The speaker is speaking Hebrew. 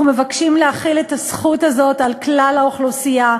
אנחנו מבקשים להחיל את הזכות הזאת על כלל האוכלוסייה.